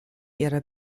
ihrer